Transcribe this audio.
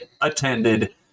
attended